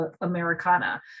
Americana